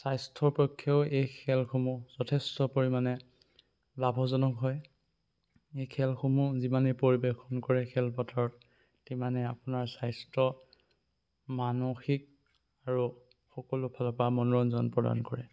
স্বাস্থ্যৰ পক্ষেও এই খেলসমূহ যথেষ্ট পৰিমাণে লাভজনক হয় এই খেলসমূহ যিমানে পৰিৱেশন কৰে খেলপথাৰত তিমানেই আপোনাৰ স্বাস্থ্য মানসিক আৰু সকলো ফালৰ পৰা মনোৰঞ্জন প্ৰদান কৰে